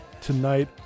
Tonight